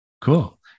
cool